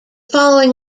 following